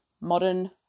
modern